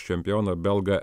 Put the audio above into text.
čempioną belgą